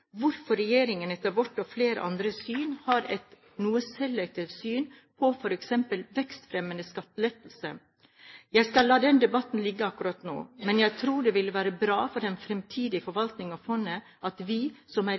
hvorfor regjeringen etter vårt og flere andres syn har et noe selektivt syn på f.eks. vekstfremmende skattelettelser. Jeg skal la den debatten ligge akkurat nå, men jeg tror det ville være bra for den fremtidige forvaltningen av fondet at vi, som er